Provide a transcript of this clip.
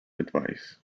advice